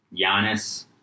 Giannis